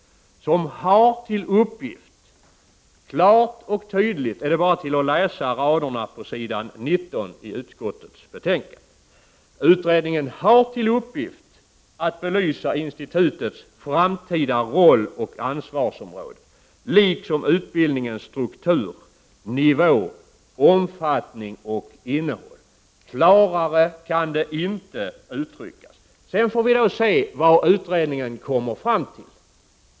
Utredningen har till uppgift, vilket klart framgår på s.19 i betänkandet, att belysa institutets framtida roll och ansvarsområde liksom utbildningens struktur, nivå, omfattning och innehåll. Klarare kan det inte uttryckas. Vi får se vad utredningen kommer fram till.